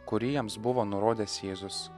kurį jiems buvo nurodęs jėzus